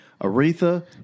Aretha